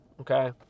okay